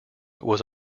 was